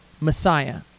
Messiah